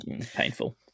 painful